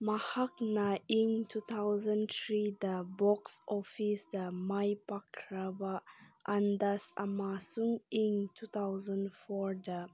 ꯃꯍꯥꯛꯅ in two thousand ꯊ꯭ꯔꯤꯗ box ꯑꯣꯐꯤꯁꯇ ꯃꯥꯏ ꯄꯥꯛꯈ꯭ꯔꯕ ꯑꯟꯗꯁ ꯑꯃꯁꯨꯡ ꯏꯪ ꯇꯨ ꯊꯥꯎꯖꯟ ꯐꯣꯔꯗ